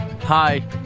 Hi